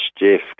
Jeff